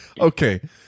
Okay